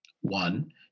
One